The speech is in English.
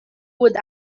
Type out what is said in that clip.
would